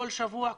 כל שבוע,